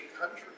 country